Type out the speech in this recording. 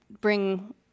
bring